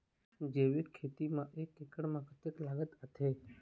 जैविक खेती म एक एकड़ म कतक लागत आथे?